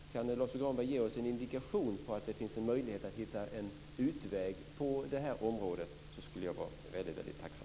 Om Lars U Granberg kunde ge oss en indikation på att det finns en möjlighet att hitta en utväg på detta område skulle jag vara väldigt tacksam.